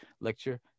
lecture